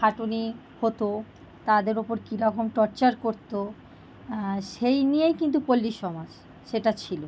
খাটুনি হতো তাদের ওপর কীরকম টর্চার করতো সেই নিয়েই কিন্তু পল্লীসমাজ সেটা ছিল